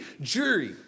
jury